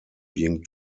being